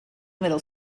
middle